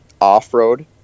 Off-road